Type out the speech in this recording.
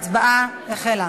ההצבעה החלה.